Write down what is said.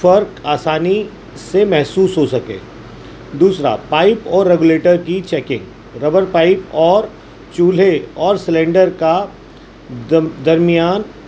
فرق آسانی سے محسوس ہو سکے دوسرا پائپ اور ریگولیٹر کی چیکنگ ربر پائپ اور چولہے اور سلنڈر کا در درمیان